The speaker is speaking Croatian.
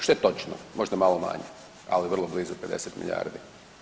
Što je točno, možda malo manje, ali vrlo blizu 50 milijardi.